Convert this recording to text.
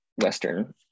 Western